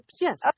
Yes